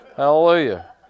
Hallelujah